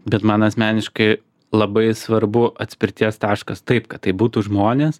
bet man asmeniškai labai svarbu atspirties taškas taip kad tai būtų žmonės